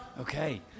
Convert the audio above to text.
Okay